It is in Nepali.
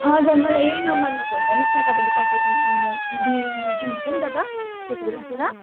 हजुर मलाई यही नम्बरमा फोन गर्नुहोस् न तपाईँले पठाइदिनु भए दिनुहुन्छ नि जब त्यति बेला चाहिँ ल